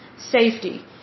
safety